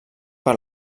per